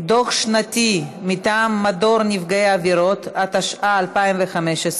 דוח שנתי מטעם מדור נפגעי עבירות), התשע"ה 2015,